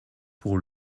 pour